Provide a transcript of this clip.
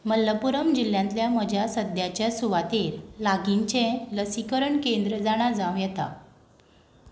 मलप्पुरम झिल्ल्यांतल्या म्हज्या सद्याच्या सुवातेर लागींचें लसिकरण केंद्र जाणा जावं येता